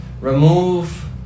remove